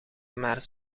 maar